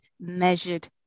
measured